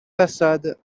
façades